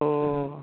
अ